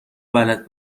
بلد